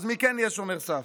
אז מי כן יהיה שומר סף?